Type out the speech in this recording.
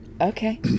Okay